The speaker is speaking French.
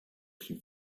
clips